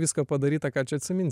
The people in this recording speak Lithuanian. visko padaryta ką čia atsiminti